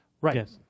right